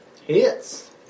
Hits